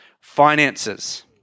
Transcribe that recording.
finances